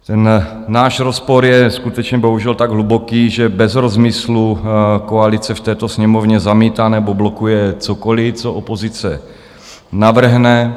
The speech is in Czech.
Ten náš rozpor je skutečně bohužel tak hluboký, že bez rozmyslu koalice v této Sněmovně zamítá nebo blokuje cokoli, co opozice navrhne.